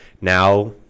now